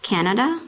Canada